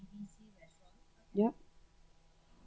yup